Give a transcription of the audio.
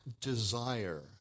desire